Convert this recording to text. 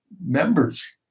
members